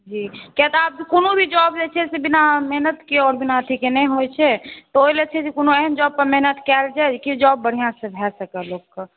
जी किया तऽ आब कोनो भी जॉब जे छै से बिना मेहनतके आओर बिना एथीके नहि होइ छै तवोही ला छै जे कोनो एहन जॉब पर मेहनत कयल जाए जेकि जॉब बढ़िऑं सँ भय सकए लोकके